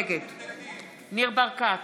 נגד ניר ברקת,